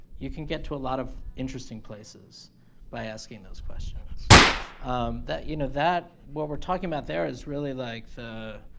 you can get to a lot of interesting places by asking those questions um that you know that what we're talking about. there is really like the